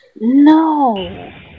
No